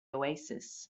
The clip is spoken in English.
oasis